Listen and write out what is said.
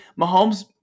Mahomes